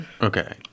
Okay